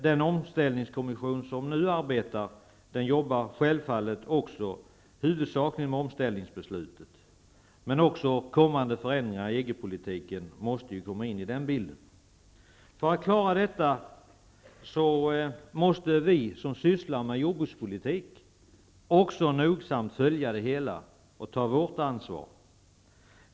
Den omställningskommission som nu är verksam arbetar självfallet huvudsakligen med omställningsbeslutet, men också kommande förändringar i EG-politiken måste komma in i bilden. För att klara detta måste vi som sysslar med jordbrukspolitik också nogsamt följa utvecklingen och ta vårt ansvar.